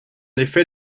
effet